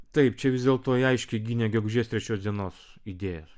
taip čia vis dėlto ji aiškiai gynė gegužės trečios dienos idėją